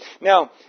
Now